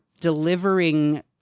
delivering